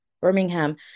Birmingham